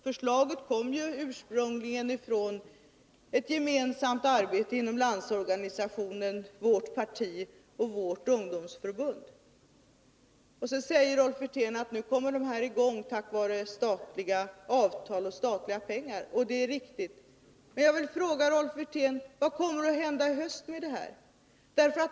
Förslaget kom ju ursprungligen från ett gemensamt arbete inom Landsorganisationen, vårt parti och vårt ungdomsförbund. Rolf Wirtén säger att dessa nu kommer i gång tack vare avtal och statliga pengar. Det är riktigt. Men jag vill fråga Rolf Wirtén: Vad kommer att hända i höst med detta?